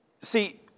See